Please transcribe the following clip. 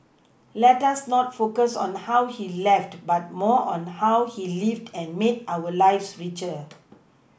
let us not focus on how he left but more on how he lived and made our lives richer